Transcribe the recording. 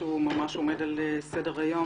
שממש עומד על סדר-היום,